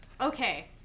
Okay